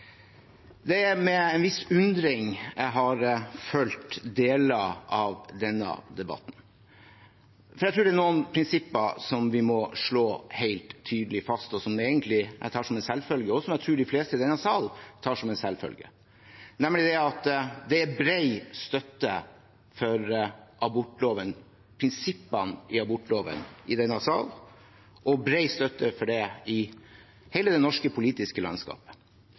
Det er med en viss undring jeg har fulgt deler av denne debatten. Jeg tror det er noen prinsipper som vi må slå helt tydelig fast, og som jeg egentlig tar som en selvfølge, og som jeg tror de fleste i denne sal tar som en selvfølge, nemlig at det er bred støtte for prinsippene i abortloven i denne sal og i hele det norske politiske landskapet.